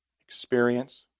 experience